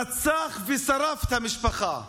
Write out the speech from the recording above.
שרצח ושרף את המשפחה,